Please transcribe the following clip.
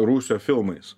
rūsio filmais